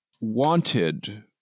wanted